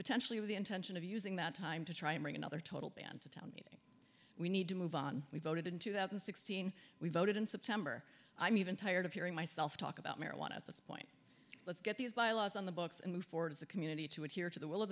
potentially with the intention of using that time to try to bring another total band to town we need to move on we voted in two thousand and sixteen we voted in september i'm even tired of hearing myself talk about marijuana at this point let's get these bylaws on the books and move forward as a community to adhere to the will of